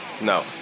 No